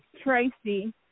Tracy